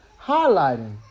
highlighting